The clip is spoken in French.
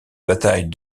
bataille